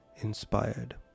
inspired